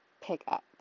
pickup